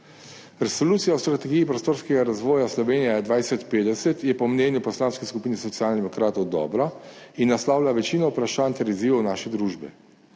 Resolucija o strategiji prostorskega razvoja Slovenije 2050 je po mnenju Poslanske skupine Socialnih demokratov dobra in naslavlja večino vprašanj ter izzivov naše družbe.